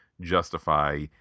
justify